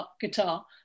guitar